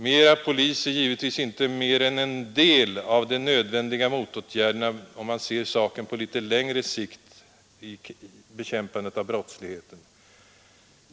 Mera polis är givetvis inte mer än en del av de nödvändiga motåtgärderna mot brottsligheten, om man ser saken på litet längre sikt.